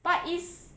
but is